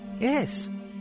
Yes